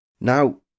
now